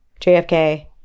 JFK